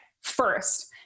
First